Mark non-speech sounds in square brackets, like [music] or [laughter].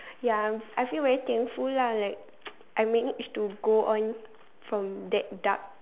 ya I feel very thankful lah like [noise] I managed go on from that dark